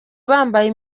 bambaye